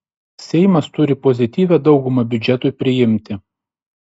seimas turi pozityvią daugumą biudžetui priimti